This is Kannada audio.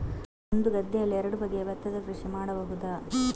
ಒಂದು ಗದ್ದೆಯಲ್ಲಿ ಎರಡು ಬಗೆಯ ಭತ್ತದ ಕೃಷಿ ಮಾಡಬಹುದಾ?